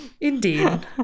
Indeed